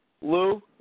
Lou